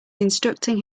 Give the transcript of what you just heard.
instructing